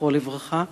זכרו לברכה,